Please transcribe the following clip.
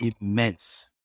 immense